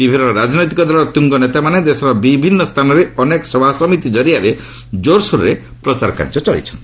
ବିଭିନ୍ନ ରାଜନୈତିକ ଦଳର ତୁଙ୍ଗନେତାମାନେ ଦେଶର ବିଭିନ୍ନ ସ୍ଥାନରେ ଅନେକ ସଭାସମିତି ଜରିଆରେ ଜୋର୍ସୋର୍ରେ ପ୍ରଚାର କାର୍ଯ୍ୟ ଚଳାଇଛନ୍ତି